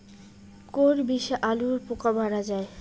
কোন বিষে আলুর পোকা মারা যায়?